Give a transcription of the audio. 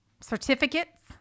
certificates